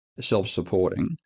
self-supporting